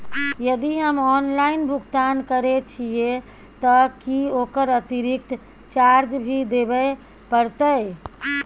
यदि हम ऑनलाइन भुगतान करे छिये त की ओकर अतिरिक्त चार्ज भी देबे परतै?